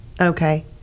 okay